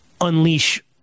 unleash